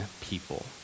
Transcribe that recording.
people